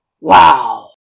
Wow